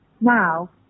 Now